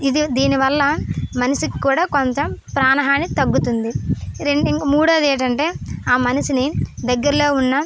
ఇది దీనివల్ల మనిషికి కూడా కొంచెం ప్రాణహాని తగ్గుతుంది రెండు ఇక మూడవది ఏంటంటే ఆ మనిషిని దగ్గరలో ఉన్న